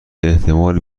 احتمال